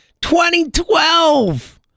2012